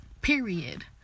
period